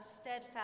steadfast